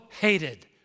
hated